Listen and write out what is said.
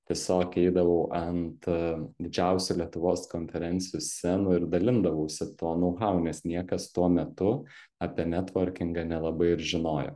tiesiog eidavau ant didžiausių lietuvos konferencijų scenų ir dalindavausi tuo nau hau nes niekas tuo metu apie netvorkingą nelabai ir žinojo